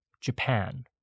Japan